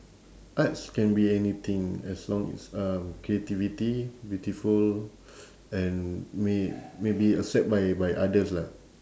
arts can be anything as long it's um creativity beautiful and may may be accept by by others lah